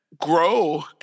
grow